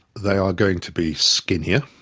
they are going to be skinnier,